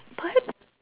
but